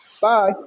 Bye